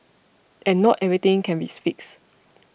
and not everything can be fixed